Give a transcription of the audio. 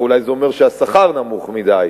אולי זה אומר שהשכר נמוך מדי.